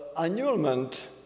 annulment